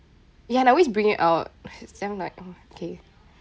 ya like I always bring it out it's damn like oh okay